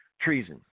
treason